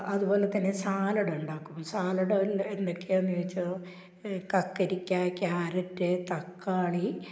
അത്പോലെതന്നെ സാലഡുണ്ടാക്കും സാലഡ് അതിൽ എന്തൊക്കെയാണ് ചോദിച്ചാൽ കക്കിരിക്ക ക്യാരറ്റ് തക്കാളി